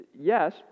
yes